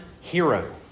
hero